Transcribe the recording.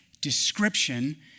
description